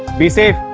be safe.